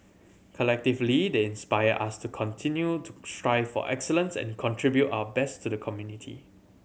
collectively they inspire us to continue to strive for excellence and contribute our best to the community